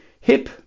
hip